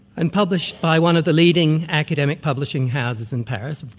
and published by one of the leading academic publishing houses in paris.